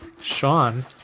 Sean